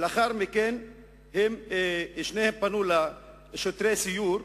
ולאחר מכן שניהם פנו לשוטרי סיור.